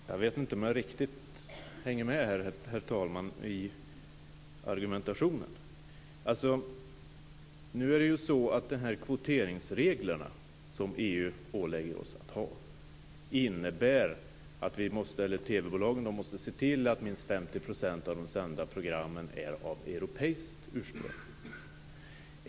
Herr talman! Jag vet inte om jag riktigt hänger med i argumentationen. De kvoteringsregler som EU nu ålägger oss att ha innebär att TV-bolagen måste se till att minst 50 % av de sända programmen är av europeiskt ursprung.